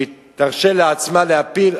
היא תרשה לעצמה להפיל,